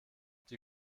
die